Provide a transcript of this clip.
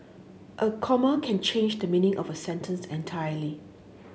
a comma can change the meaning of a sentence entirely